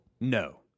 No